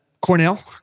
Cornell